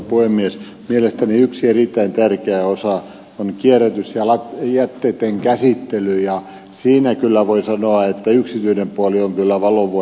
mielestäni yksi erittäin tärkeä osa on kierrätys ja jätteitten käsittely ja siitä kyllä voi sanoa että siinä yksityinen puoli on valovuoden edellä ympäri maata